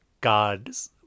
god's